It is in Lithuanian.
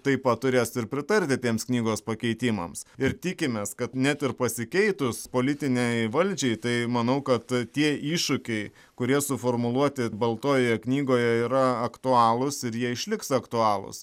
taip pat turės ir pritarti tiems knygos pakeitimams ir tikimės kad net ir pasikeitus politinei valdžiai tai manau kad tie iššūkiai kurie suformuluoti baltojoje knygoje yra aktualūs ir jie išliks aktualūs